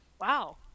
wow